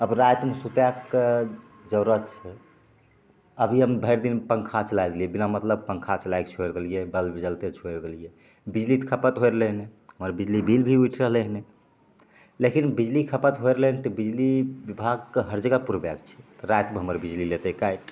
अब रातिमे सुताएके जरूरत छै अभी भैरि दिन पँखा चलाइ लेलियै बिना मतलबके पँखा चलाइके छोरि देलियै बल्ब जलते छोरि देलियै बिजली तऽ खपत होइ रहलै हने आओर बिजली बिल भी उठि रहलै हन लेकिन बिजली खपत होइ रहलै तऽ बिजली बिभागके हर जगह पुरबऽके छै तऽ रातिमे हमर बिजली लेतै काटि